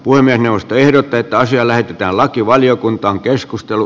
puhemiesneuvosto ehdottaa että asia lähetetään lakivaliokuntaan